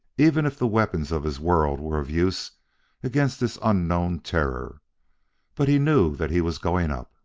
even if the weapons of his world were of use against this unknown terror but he knew that he was going up.